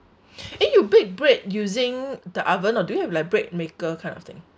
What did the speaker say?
eh you bake bread using the oven or do you have like bread maker kind of thing